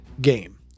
game